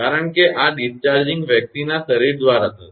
કારણ કે આ ડિસ્ચાર્જિંગ વ્યક્તિના શરીર દ્વારા થશે